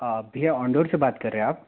भईया ओनडोर से बात कर रहे हैं आप